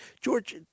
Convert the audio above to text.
George